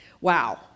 Wow